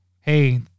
hey